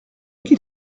qu’il